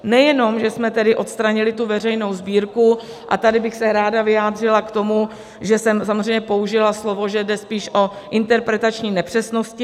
Nejenom že jsme odstranili veřejnou sbírku, a tady bych se ráda vyjádřila k tomu, že jsem použila slovo, že jde spíš o interpretační nepřesnosti.